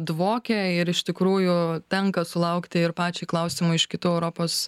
dvokia ir iš tikrųjų tenka sulaukti ir pačiai klausimų iš kitų europos